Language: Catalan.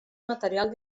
material